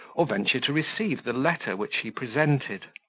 or venture to receive the letter which he presented.